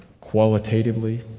qualitatively